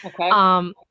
Okay